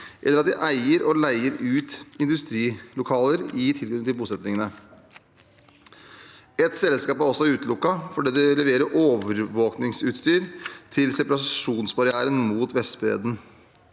eller at de eier og leier ut industrilokaler i tilknytning til bosettingene. Ett selskap er også utelukket fordi de leverer overvåkningsutstyr til separasjonsbarrieren mot Vestbredden.